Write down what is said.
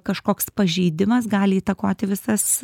kažkoks pažeidimas gali įtakoti visas